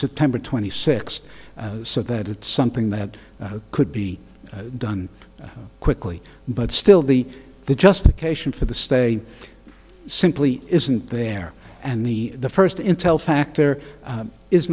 september twenty sixth so that it's something that could be done quickly but still the the justification for the stay simply isn't there and the first intel factor